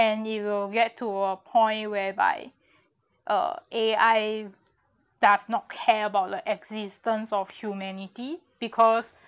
and it will get to a point whereby uh A_I does not care about the existence of humanity because